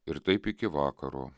ir taip iki vakaro